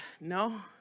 no